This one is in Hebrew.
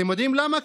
אתם יודעים למה?